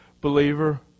believer